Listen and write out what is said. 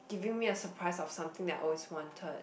giving me a surprise of something that I always wanted